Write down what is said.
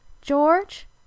George